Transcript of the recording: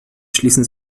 schließen